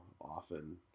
often